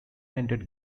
ended